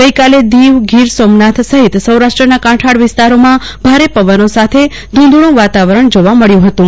ગઈકાલે દીવ ગીર સોમનાથ સહિત સૌરાષ્ટ્રના કાંઠાળ વિસ્તારોમાં ભારે પવનો સાથે ઘધળ વાતાવરણ જોવા મળ્ય હતું